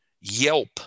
Yelp